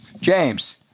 James